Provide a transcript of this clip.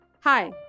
Hi